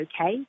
okay